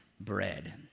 bread